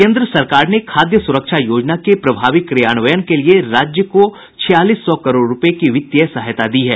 केन्द्र सरकार ने खाद्य स्रक्षा योजना के प्रभावी क्रियान्वयन के लिए राज्य को छियालीस सौ करोड़ रूपये की वित्तीय सहायता दी है